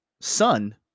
son